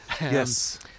Yes